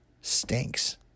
stinks